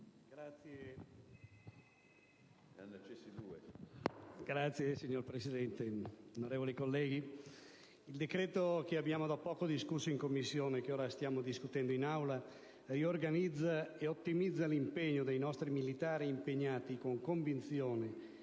Sud)*. Signor Presidente, onorevoli colleghi, il decreto che abbiamo da poco discusso in Commissione e che ora stiamo discutendo in Aula riorganizza e ottimizza l'impegno dei nostri militari impegnati con convinzione